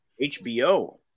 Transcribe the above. HBO